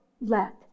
let